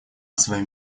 своем